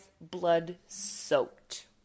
blood-soaked